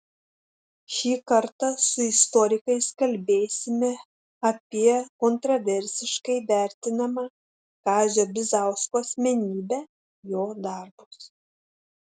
šį kartą su istorikais kalbėsime apie kontraversiškai vertinamą kazio bizausko asmenybę jo darbus